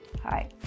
Hi